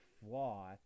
flaw